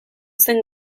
zen